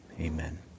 Amen